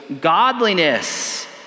godliness